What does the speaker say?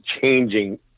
changing